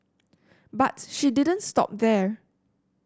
but she didn't stop there